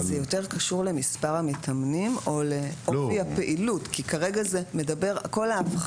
זה יותר קשור למספר המתאמנים או לפי הפעילות כי כרגע כל האבחנה,